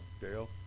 Dale